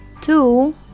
two